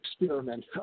experiment